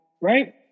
right